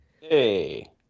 Hey